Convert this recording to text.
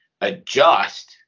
adjust